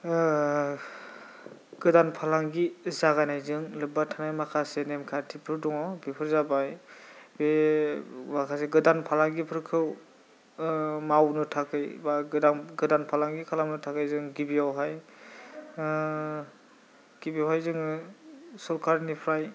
गोदान फालांगि जागायनायजों लोब्बा थानाय माखासे नेमखान्थिफोर दङ' बेफोर जाबाय बे माखासे गोदान फालांगिफोरखौ मावनो थाखै बा गोदान गोदान फालांगि खालामनो थाखै जों गिबियावहाय गिबियावहाय जोङो सरखारनिफ्राय